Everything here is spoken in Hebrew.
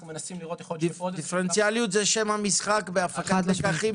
מנסים --- דיפרנציאליות זה שם המשחק גם בכל מה